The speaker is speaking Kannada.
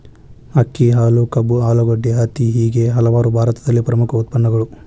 ಅಕ್ಕಿ, ಹಾಲು, ಕಬ್ಬು, ಆಲೂಗಡ್ಡೆ, ಹತ್ತಿ ಹೇಗೆ ಹಲವಾರು ಭಾರತದಲ್ಲಿ ಪ್ರಮುಖ ಉತ್ಪನ್ನಗಳು